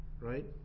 Right